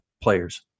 players